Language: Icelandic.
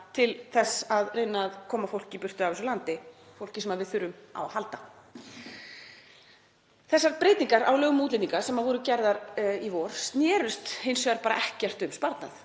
til þess að reyna að koma fólki í burtu af þessu landi, fólki sem við þurfum á að halda. Þessar breytingar á lögum um útlendinga sem voru gerðar í vor snerust hins vegar ekkert um sparnað.